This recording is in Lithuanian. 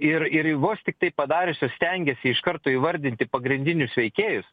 ir ir vos tiktai padariusios stengiasi iš karto įvardinti pagrindinius veikėjus